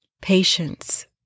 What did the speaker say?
Patience